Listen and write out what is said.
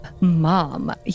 mom